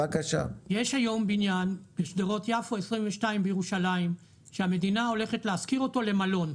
יש היום בניין בשדרות יפו 22 בירושלים שהמדינה הולכת להשכיר אותו למלון,